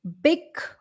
Big